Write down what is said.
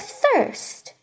thirst